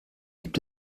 gibt